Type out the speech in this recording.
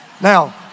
Now